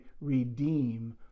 redeem